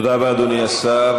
תודה רבה, אדוני השר.